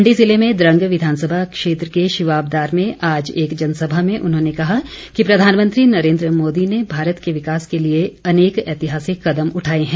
मण्डी ज़िले में द्रंग विधानसभा क्षेत्र के शिवाबदार में आज एक जनसभा में उन्होंने कहा कि प्रधानमंत्री नरेन्द्र मोदी ने भारत के विकास के लिए अनेक ऐतिहासिक कदम उठाए हैं